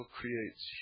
creates